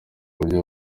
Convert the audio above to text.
uburyo